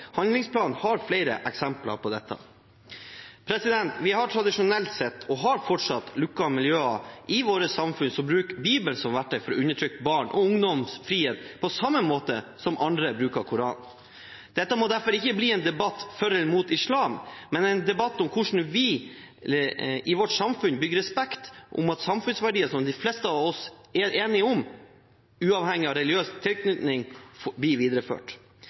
Handlingsplanen har flere eksempler på dette. Vi har tradisjonelt sett hatt – og har fortsatt – lukkede miljøer i vårt samfunn som bruker Bibelen som verktøy til å undertrykke barn og ungdoms frihet på samme måte som andre bruker Koranen. Dette må derfor ikke bli en debatt for eller mot islam, men en debatt om hvordan vi i vårt samfunn bygger respekt for at samfunnsverdier som de fleste av oss er enige om, uavhengig av religiøs tilknytning, blir videreført.